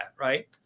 right